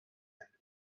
him